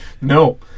No